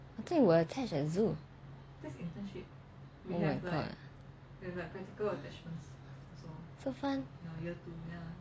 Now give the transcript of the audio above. I think you will attach a zoo oh my god so fun